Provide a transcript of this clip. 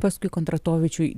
paskui kondratovičiui